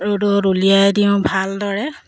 ৰ'দত উলিয়াই দিওঁ ভালদৰে